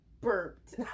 burped